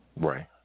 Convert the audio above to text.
right